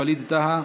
ווליד טאהא,